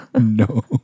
No